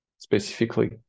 Specifically